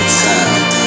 time